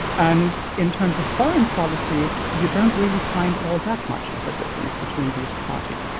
and in terms of foreign policy you don't really find all that much of a difference between these parties,